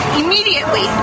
immediately